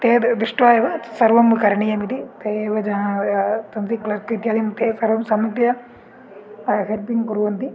ते दृष्ट्वा एव सर्वं करणीयम् इति ते एव जानाः क्लर्क् इत्यादिं ते सर्वं सम्यक्तया हेल्पिङ्ग् कुर्वन्ति